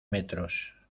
metros